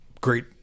great—